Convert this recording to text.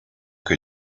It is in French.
que